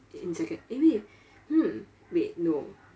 in second~ eh wait hmm wait no